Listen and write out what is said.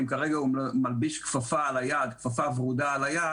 גם אם כרגע הוא מלביש כפפה ורודה על היד